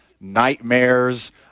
nightmares